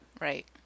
Right